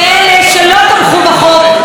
ולאלה שלא תמכו בחוק,